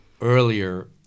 earlier